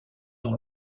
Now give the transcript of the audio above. dans